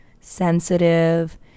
sensitive